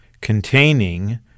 containing